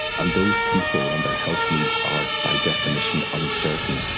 and those people and their health needs are, by definition, uncertain.